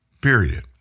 period